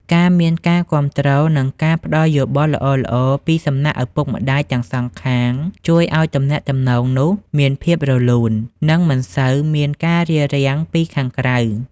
ការមានការគាំទ្រ និងការផ្ដល់យោបល់ល្អៗពីសំណាក់ឪពុកម្ដាយទាំងសងខាង ជួយឱ្យទំនាក់ទំនងនោះមានភាពរលូន និងមិនសូវមានការរារាំងពីខាងក្រៅ។